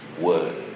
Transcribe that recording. word